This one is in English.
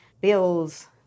bills